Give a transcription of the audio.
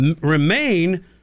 remain